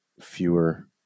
fewer